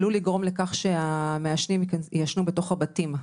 עלול לגרום לכך שהמעשנים יעשנו בתוך הבתים.